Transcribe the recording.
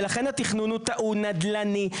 ולכן התכנון הוא נדל"ני,